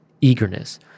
eagerness